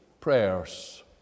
prayers